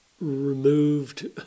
removed